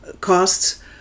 costs